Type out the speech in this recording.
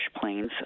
planes